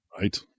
Right